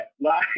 Last